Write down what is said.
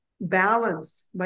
balance